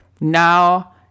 now